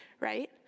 right